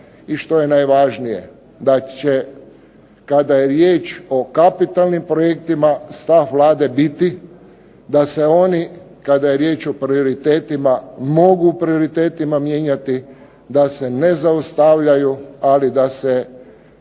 i što je najvažnije da će kada je riječ o kapitalnim projektima stav Vlade biti da se oni kada je riječ o prioritetima mogu o prioritetima mijenjati, da se ne zaustavljaju, ali da se mijenja